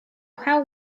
how